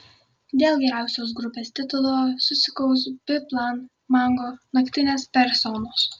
dėl geriausios grupės titulo susikaus biplan mango naktinės personos